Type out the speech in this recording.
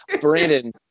Brandon